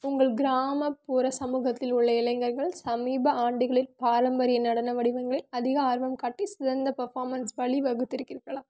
உங்கள் கிராமப்புற சமூகத்தில் உள்ள இளைஞர்கள் சமீப ஆண்டுகளில் பாரம்பரிய நடன வடிவங்களை அதிக ஆர்வம் காட்டி சிறந்த பர்ஃபார்மன்ஸ் வழிவகுத்துருக்கீர்களா